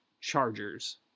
Chargers